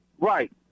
Right